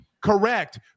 Correct